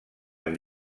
amb